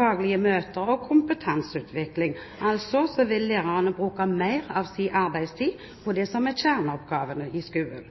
faglige møter og kompetanseutvikling. Altså vil lærerne bruke mer av sin arbeidstid på det som er kjerneoppgavene i skolen.